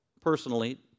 personally